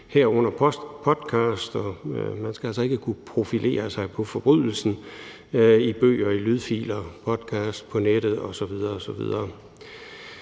herunder podcasts, og man skal altså ikke kunne profilere sig på forbrydelsen i bøger, lydfiler, podcasts eller på nettet osv. osv.